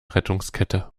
rettungskette